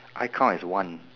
I count as one